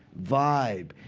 vibe,